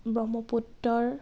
ব্ৰহ্মপুত্ৰৰ